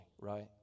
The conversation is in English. right